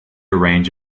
range